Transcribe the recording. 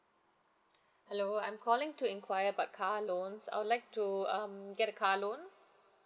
hello I'm calling to inquire about car loans I would like to um get a car loan